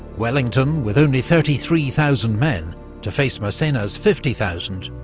wellington, with only thirty three thousand men to face massena's fifty thousand,